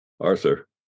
Arthur